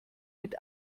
mit